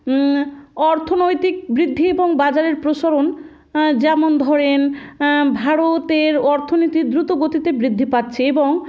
অর্থনৈতিক বৃদ্ধি এবং বাজারের প্রসারণ যেমন ধরেন ভারতের অর্থনীতি দ্রুত গতিতে বৃদ্ধি পাচ্ছে এবং